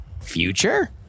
future